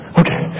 okay